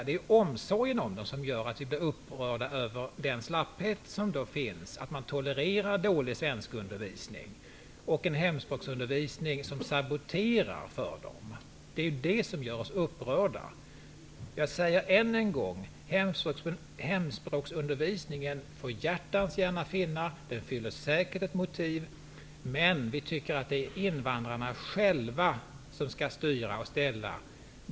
Det är omsorgen om dem som gör att vi blir upprörda över den slapphet som finns, att man tolererar dålig undervisning i svenska och en hemspråksundervisning som saboterar för dem. Detta gör oss upprörda. Än en gång säger jag: Hemspråksundervisningen får hjärtans gärna finnas. Den fyller säkert en funktion, men det är invandrarna själva som skall styra och ställa.